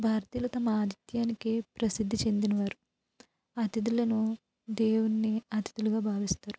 భారతీయులు తమ ఆదిత్యానికే ప్రసిద్ధి చెందినవారు అతిధులను దేవుణ్ణి అతిధులుగా భావిస్తారు